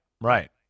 right